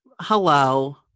hello